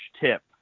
tip